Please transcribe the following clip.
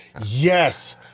Yes